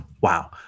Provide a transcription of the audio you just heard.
wow